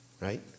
Right